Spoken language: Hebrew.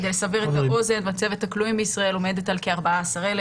כדי לסבר את האוזן מצבת הכלואים בישראל עומדת על כ-14,000.